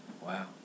Wow